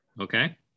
Okay